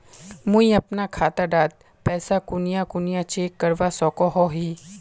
मुई अपना खाता डात पैसा कुनियाँ कुनियाँ चेक करवा सकोहो ही?